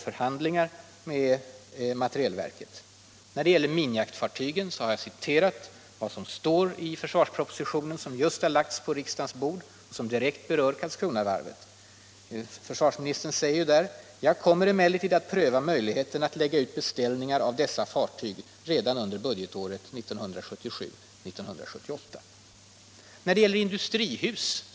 Förhandlingar pågår med materielverket. När det gäller minjaktfartygen har jag citerat vad som står i försvarspropositionen, som just har lagts på riksdagens bord och som direkt berör Karlskronavarvet. Försvarsministern säger ju där att han kommer att ”pröva möjligheten att lägga ut beställningar av dessa fartyg redan budgetåret 1977/78”. Herr Gustafsson tog upp frågan om industrihus.